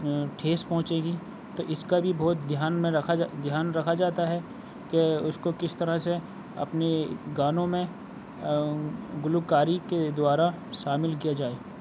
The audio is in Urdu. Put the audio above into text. ٹھیس پہنچے گی تو اِس کا بھی بہت دھیان میں رکھا جا دھیان رکھا جاتا ہے کہ اُس کو کس طرح سے اپنی گانوں میں گلوکاری کے دوارا شامل کیا جائے